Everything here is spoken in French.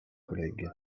collègue